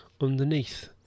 underneath